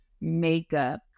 makeup